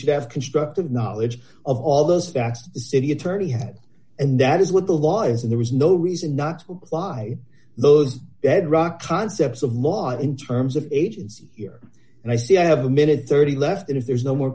should have constructive knowledge of all those that the city attorney had and that is what the law is and there is no reason not to why those bedrock concepts of law in terms of agency here and i see i have a minute thirty left and if there's no more